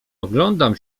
oglądam